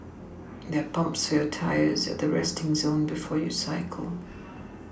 there are pumps for your tyres at the resting zone before you cycle